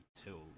till